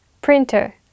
printer